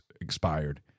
expired